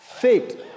faith